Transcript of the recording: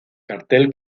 cartel